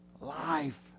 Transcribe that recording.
Life